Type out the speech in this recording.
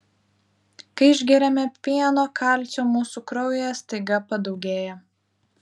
kai išgeriame pieno kalcio mūsų kraujyje staiga padaugėja